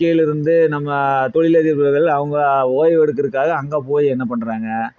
கீழேருந்து நம்ம தொழிலதிபர்கள் அவங்க ஓய்வு எடுக்கிறக்காக அங்கே போய் என்ன பண்ணுறாங்க